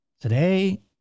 Today